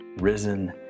risen